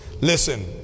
Listen